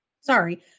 sorry